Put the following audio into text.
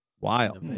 Wild